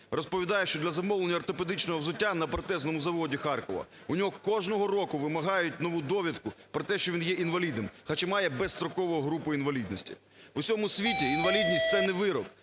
розповідає, що для замовлення ортопедичного взуття на протезному заводі Харкова у нього кожного року вимагають нову довідку про те, що він є інвалідом, хоча має безстрокову групу інвалідності. В усьому світі інвалідність – це не вирок.